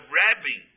rabbi